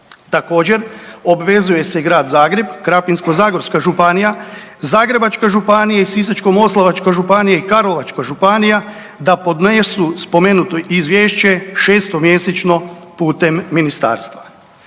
Također, obvezuje se Grad Zagreb, Krapinsko-zagorska županija, Zagrebačka županija i Sisačko-moslavačka županija i Karlovačka županija da podnesu spomenuto izvješće šestomjesečno putem ministarstva.